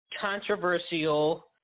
controversial